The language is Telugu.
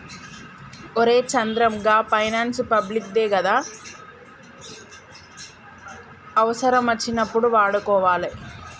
ఒరే చంద్రం, గా పైనాన్సు పబ్లిక్ దే గదా, అవుసరమచ్చినప్పుడు వాడుకోవాలె